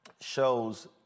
shows